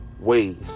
ways